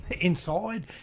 inside